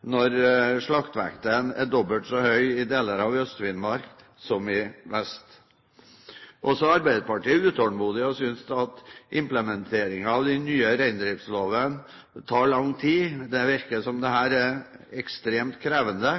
når slaktevekten er dobbelt så høy i deler av Øst-Finnmark som i vest. Også Arbeiderpartiet er utålmodig og synes at implementeringen av den nye reindriftsloven tar lang tid. Det virker som dette er ekstremt krevende,